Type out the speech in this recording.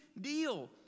deal